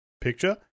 picture